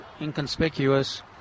inconspicuous